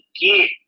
get